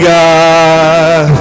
God